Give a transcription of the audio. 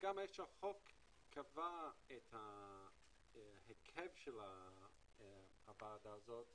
החוק קבע גם את היקף הוועדה וזה קצת